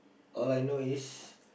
all I know is